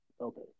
Okay